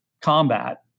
combat